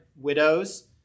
widows